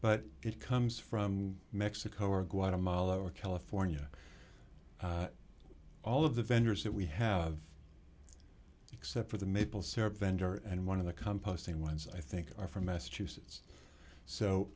but it comes from mexico or guatemala or california all of the vendors that we have except for the maple syrup vendor and one of the composting ones i think are from massachusetts so